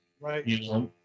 Right